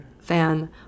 fan